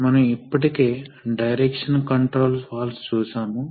కాబట్టి అటువంటి వ్యవస్థల వల్ల ఎనర్జీ ఎలా ఆదా చేయవచ్చో చూస్తాము